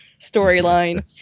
storyline